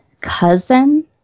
cousin